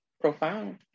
profound